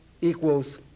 equals